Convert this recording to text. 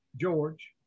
George